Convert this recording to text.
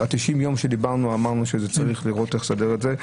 הימים, אמרנו שצריך לראות איך לסדר את זה.